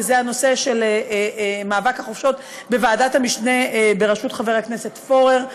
וזה הנושא של מאבק החופשות בוועדת המשנה בראשות חבר הכנסת פורר.